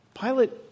Pilate